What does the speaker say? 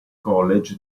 college